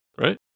right